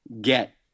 get